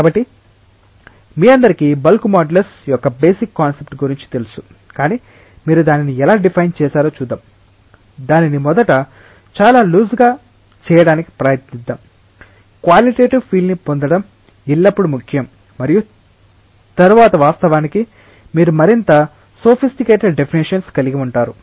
కాబట్టి మీ అందరికీ బల్క్ మాడ్యులస్ యొక్క బేసిక్ కాన్సెప్ట్ గురించి తెలుసు కాని మీరు దానిని ఎలా డిఫైన్ చేసారో చూద్దాం దానిని మొదట చాలా లూస్ గా చేయడానికి ప్రయత్నిద్దాం క్వాలిటెటివ్ ఫీల్ ని పొందడం ఎల్లప్పుడూ ముఖ్యం మరియు తరువాత వాస్తవానికి మీరు మరింత సోఫిస్టికెటెడ్ డెఫినెషన్స్ కలిగి ఉంటారు